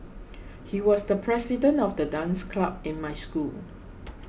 he was the president of the dance club in my school